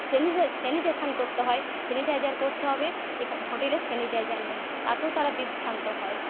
সেনি সেনিটাইসেসান করতে হয় সেনিটাইজার করতে হবে হোটেলে সেনিটাইজার নেই তাতেও তারা বিভ্রান্ত হয়